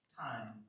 time